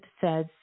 says